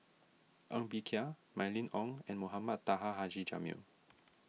Ng Bee Kia Mylene Ong and Mohamed Taha Haji Jamil